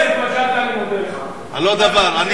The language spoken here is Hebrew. שב, לא בעמידה.